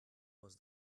was